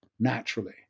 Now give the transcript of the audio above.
naturally